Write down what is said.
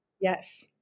Yes